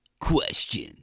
Question